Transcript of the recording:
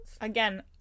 again